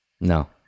no